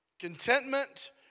Contentment